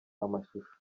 amashusho